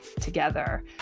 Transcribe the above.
together